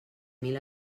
mil